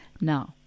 now